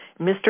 Mr